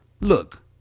Look